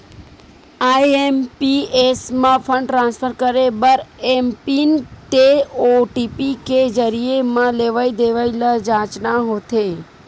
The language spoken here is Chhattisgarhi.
आई.एम.पी.एस म फंड ट्रांसफर करे बर एमपिन ते ओ.टी.पी के जरिए म लेवइ देवइ ल जांचना होथे